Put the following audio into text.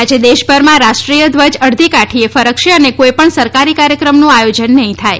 આજે દેશભરમાં રાષ્ટ્રીય ધ્વજ અડધી કાઠીએ ફરકશે અને કોઈપણ સરકારી કાર્યક્રમનું આયોજન નહીં થાય